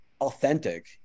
authentic